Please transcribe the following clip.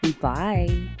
bye